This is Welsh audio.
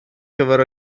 gyfer